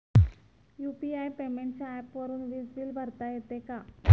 UPI पेमेंटच्या ऍपवरुन वीज बिल भरता येते का?